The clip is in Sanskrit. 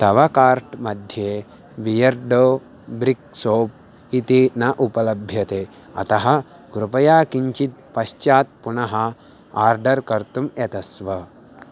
तव कार्ट्मध्ये बियर्डो ब्रिक् सोप् इति न उपलभ्यते अतः कृपया किञ्चित् पश्चात् पुनः आर्डर् कर्तुम् यतस्व